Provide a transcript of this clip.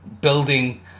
building